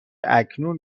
اکنون